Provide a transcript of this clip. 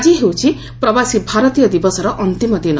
ଆଜି ହେଉଛି ପ୍ରବାସୀ ଭାରତୀୟ ଦିବସର ଅନ୍ତିମ ଦିନ